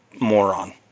moron